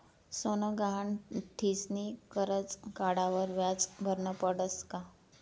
सोनं गहाण ठीसनी करजं काढावर व्याज भरनं पडस का?